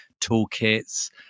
toolkits